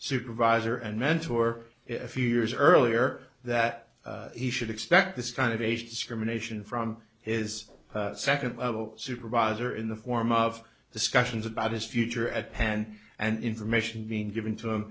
supervisor and mentor if you years earlier that he should expect this kind of age discrimination from his second level supervisor in the form of discussions about his future at penn and information being given to